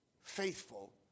faithful